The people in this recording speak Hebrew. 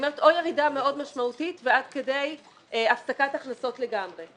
או ירידה מאוד משמעותית עד כדי הפסקת הכנסות לגמרי.